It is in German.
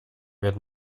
wird